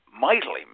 Mightily